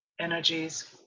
energies